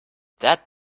that